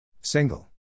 Single